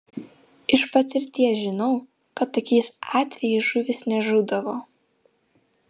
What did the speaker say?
iš patirties žinau kad tokiais atvejais žuvys nežūdavo